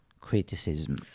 criticism